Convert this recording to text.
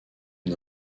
une